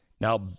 Now